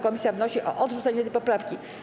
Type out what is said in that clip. Komisja wnosi o odrzucenie tej poprawki.